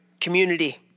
community